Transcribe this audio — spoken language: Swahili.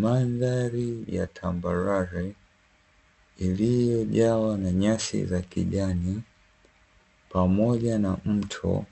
Mandhari ya tambarare iliyojawa na nyasi za kijani, pamoja na mto